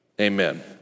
Amen